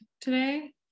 today